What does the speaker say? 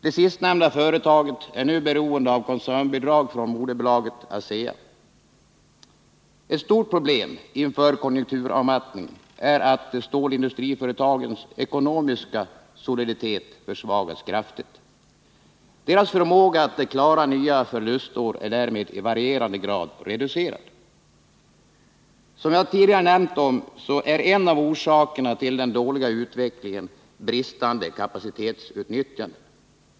Det sistnämnda företaget är nu beroende av koncernbidrag från moderbolaget ASEA. Ett stort problem inför en konjunkturavmattning är att stålindustriföretagens ekonomiska soliditet försvagats kraftigt. Deras förmåga att klara nya förlustår är därmed i varierande grad reducerad. Som jag tidigare nämnt är en av orsakerna till den dåliga utvecklingen bristande kapacitetsutnyttjanden.